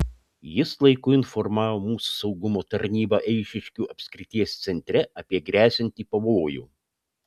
jis laiku informavo mūsų saugumo tarnybą eišiškių apskrities centre apie gresianti pavojų